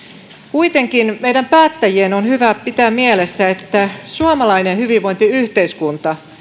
kuitenkin meidän päättäjien on hyvä pitää mielessä että suomalainen hyvinvointiyhteiskunta